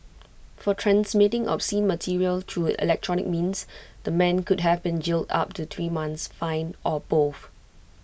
for transmitting obscene material through electronic means the man could have been jailed up to three months fined or both